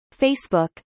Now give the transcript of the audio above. Facebook